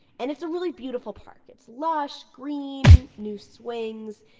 and it's a really beautiful park. it's lush, green, new swings.